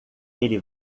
ele